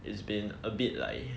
it's been a bit like